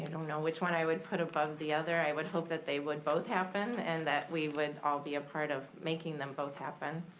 you know know which one i would put above the other. i would hope that they would both happen and that we would all be a part of making them both happen.